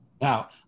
Now